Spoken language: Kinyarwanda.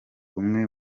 umwe